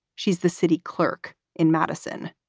she's the city clerk in madison.